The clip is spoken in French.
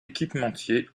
équipementiers